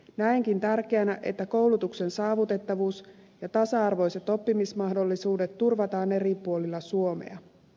näenkin tärkeänä että koulutuksen saavutettavuus ja tasa arvoiset oppimismahdollisuudet turvataan eri puolilla suomea